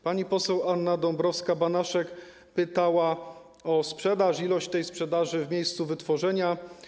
Pani poseł Anna Dąbrowska-Banaszek pytała o sprzedaż, o wielkość sprzedaży w miejscu wytworzenia.